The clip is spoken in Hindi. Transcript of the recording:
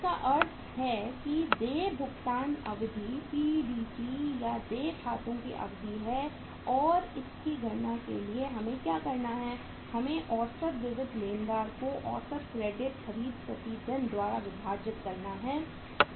तो इसका अर्थ है कि देय भुगतान अवधि या देय खातों की अवधि है और इसकी गणना के लिए कि हमें क्या करना है हमें औसत विविध लेनदार को औसत क्रेडिट खरीद प्रतिदिन द्वारा विभाजित करना है